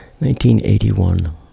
1981